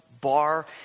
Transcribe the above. bar